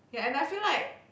ya and I feel like